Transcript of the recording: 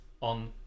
on